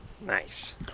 Nice